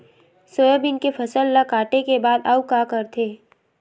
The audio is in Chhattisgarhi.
सोयाबीन के फसल ल काटे के बाद आऊ का करथे?